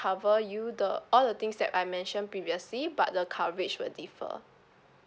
cover you the all the things that I mentioned previously but the coverage will differ